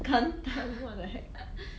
kentang what the heck